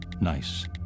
Nice